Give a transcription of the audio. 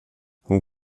hon